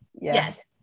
Yes